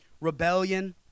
rebellion